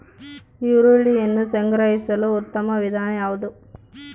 ಈರುಳ್ಳಿಯನ್ನು ಸಂಗ್ರಹಿಸಲು ಉತ್ತಮ ವಿಧಾನ ಯಾವುದು?